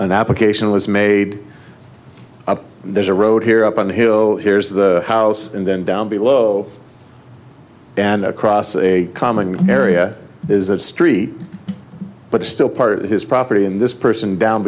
an application was made up there's a road here up on the hill here's the house and then down below and across a common area is that street but still part of his property and this person down